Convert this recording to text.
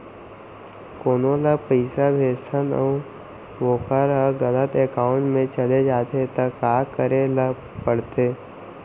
कोनो ला पइसा भेजथन अऊ वोकर ह गलत एकाउंट में चले जथे त का करे ला पड़थे?